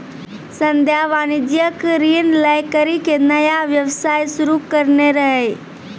संध्या वाणिज्यिक ऋण लै करि के नया व्यवसाय शुरू करने रहै